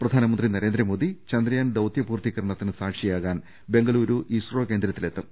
പ്രധാനമന്ത്രി നരേന്ദ്രമോദി ചന്ദ്രയാൻ ദൌതൃ പൂർത്തീകരണത്തിന് സാക്ഷിയാവാൻ ബെങ്കലൂരു ഇസ്രോ കേന്ദ്രത്തിലെത്തും